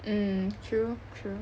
mm true true